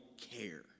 care